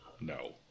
No